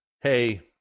hey